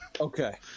okay